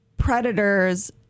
Predators